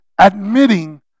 admitting